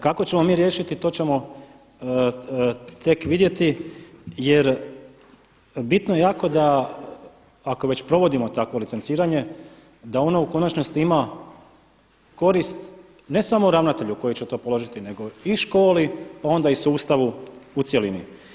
Kako ćemo mi riješiti to ćemo tek vidjeti jer bitno je jako da ako već provodimo takvo licenciranje da ono u konačnosti ima korist ne samo ravnatelj koji će to položiti nego i škole pa onda i sustav u cjelini.